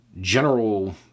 general